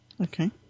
Okay